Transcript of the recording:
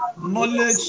Knowledge